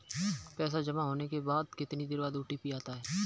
पैसा जमा होने के कितनी देर बाद ओ.टी.पी आता है?